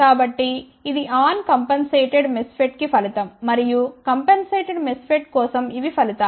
కాబట్టి ఇది uncompensated MESFET కి ఫలితం మరియు కంపెన్సేటెడ్ MESFET కోసం ఇవి ఫలితాలు